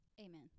Amen